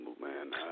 man